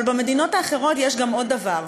אבל במדינות האחרות יש עוד דבר,